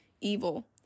evil